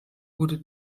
wurde